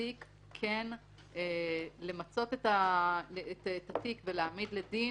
מצדיק למצות את התיק ולהעמיד לדין.